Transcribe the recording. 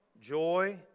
joy